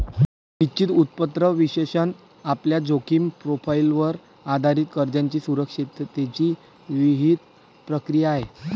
निश्चित उत्पन्न विश्लेषण आपल्या जोखीम प्रोफाइलवर आधारित कर्जाच्या सुरक्षिततेची विहित प्रक्रिया आहे